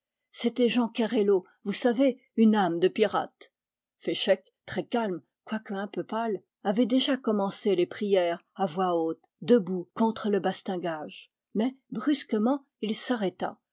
c'était jean kérello vous savez une âme de pirate féchec très calme quoique un peu pâle avait déjà commencé les prières à voix haute debout contre le bastingage mais brusquement il s'arrêta